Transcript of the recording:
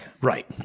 Right